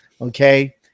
okay